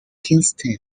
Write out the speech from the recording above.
kingston